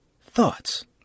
Thoughts